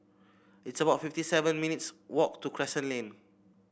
it's about fifty seven minutes' walk to Crescent Lane